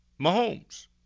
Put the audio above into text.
Mahomes